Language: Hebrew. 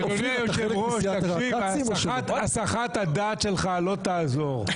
--- אדוני היושב ראש, הסחת הדעת שלך לא תעזור.